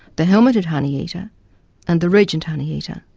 the helmeted honeyeater and the regent honeyeater.